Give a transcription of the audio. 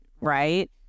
right